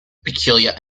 peculiar